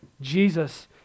Jesus